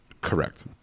Correct